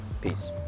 Peace